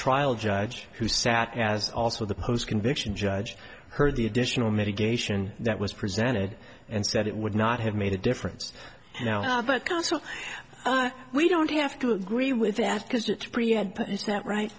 trial judge who sat as also the post conviction judge heard the additional mitigation that was presented and said it would not have made a difference now but we don't have to agree with that because that